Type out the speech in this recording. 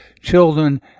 children